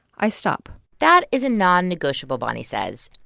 i stop that is a non-negotiable, bonnie says.